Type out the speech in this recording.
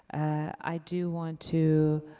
i do want to